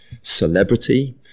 celebrity